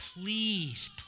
Please